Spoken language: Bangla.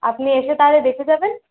আপনি এসে তাহলে দেখে যাবেন